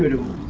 to